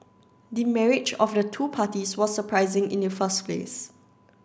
the marriage of the two parties was surprising in the first place